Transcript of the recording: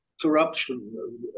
corruption